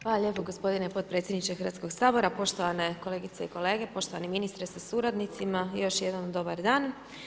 Hvala lijepa gospodine potpredsjedniče Hrvatskog sabora, poštovane kolegice i kolege, poštovani ministre sa suradnicima, još jednom dobar dan.